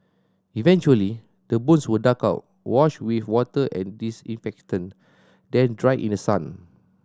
eventually the bones were dug out washed with water and disinfectant then dried in the sun